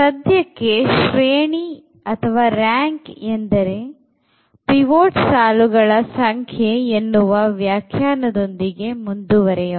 ಸಧ್ಯಕ್ಕೆ ಶ್ರೇಣಿ ಎಂದರೆ ಪಿವೊಟ್ ಸಾಲುಗಳ ಸಂಖ್ಯೆ ಎನ್ನುವ ವ್ಯಾಖ್ಯಾನದೊಂದಿಗೆ ಮುಂದುವರೆಯೋಣ